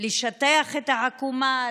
לשטח את העקומה,